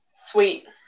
Sweet